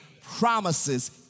promises